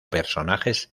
personajes